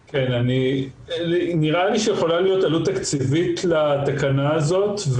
נראה לי שיכולה להיות עלות תקציבית לתקנה הזאת.